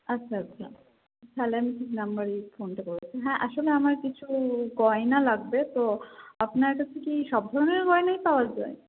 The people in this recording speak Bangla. আচ্ছা আচ্ছা তাহলে আমি ঠিক নাম্বারেই ফোনটা করেছি হ্যাঁ আসলে আমার কিছু গয়না লাগবে তো আপনার কাছে কি সব ধরনের গয়নাই পাওয়া যায়